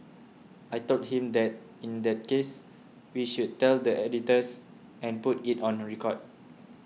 I told him that in that case we should tell the editors and put it on record